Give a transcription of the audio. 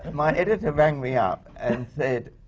my editor rang me up and said,